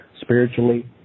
spiritually